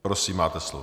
Prosím, máte slovo.